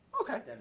okay